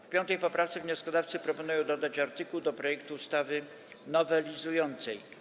W 5. poprawce wnioskodawcy proponują dodać artykuł do projektu ustawy nowelizującej.